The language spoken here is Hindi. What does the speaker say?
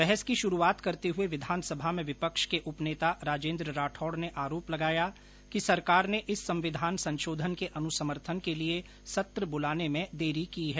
बहस की शुरुआत करते हुए विधानसभा में विपक्ष के उपनेता राजेन्द्र राठौड ने आरोप लगाया कि सरकार ने इस संविधान संशोधन के अनुसमर्थन के लिए सत्र बुलाने में देरी की है